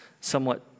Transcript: somewhat